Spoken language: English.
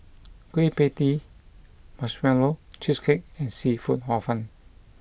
Kueh Pie Tee Marshmallow Cheesecake and Seafood Hor Fun